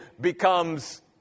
becomes